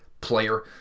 player